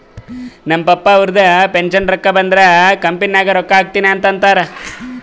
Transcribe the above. ನಮ್ ಪಪ್ಪಾ ಅವ್ರದು ಪೆನ್ಷನ್ ರೊಕ್ಕಾ ಬಂದುರ್ ಕಂಪನಿ ನಾಗ್ ರೊಕ್ಕಾ ಹಾಕ್ತೀನಿ ಅಂತ್ ಅಂತಾರ್